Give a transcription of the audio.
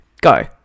go